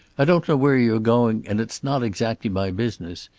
i don't know where you're going, and it's not exactly my business.